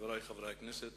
חברי חברי הכנסת,